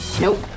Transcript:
Nope